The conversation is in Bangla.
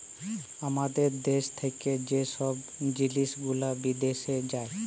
আমাদের দ্যাশ থ্যাকে যে ছব জিলিস গুলা বিদ্যাশে যায়